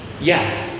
Yes